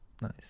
nice